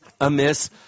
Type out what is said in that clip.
amiss